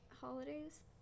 holidays